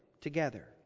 together